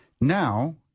Now